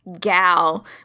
gal